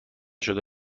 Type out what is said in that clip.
شده